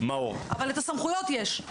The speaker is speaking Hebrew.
אבל את הסמכויות יש.